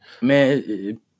Man